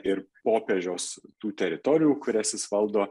ir popiežiaus tų teritorijų kurias jis valdo